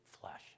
flesh